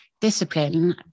discipline